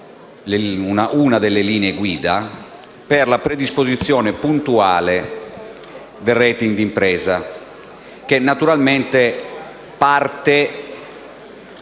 una delle linee guida per la predisposizione puntuale del *rating* d'impresa, che naturalmente parte